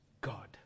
God